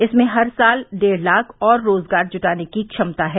इसमें हर साल डेढ़ लाख और रोज़गार जुटाने की क्षमता है